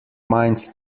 minds